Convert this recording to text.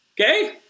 Okay